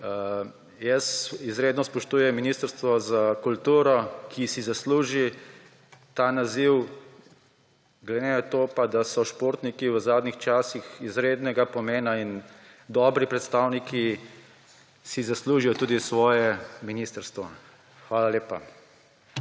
Jaz izredno spoštujem Ministrstvo za kulturo, ki si zasluži ta naziv, glede na to pa, da so športniki v zadnjih časih izrednega pomena in dobri predstavniki, si zaslužijo tudi svoje ministrstvo. Hvala lepa.